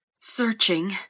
Searching